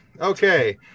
Okay